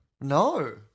No